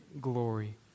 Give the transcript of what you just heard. glory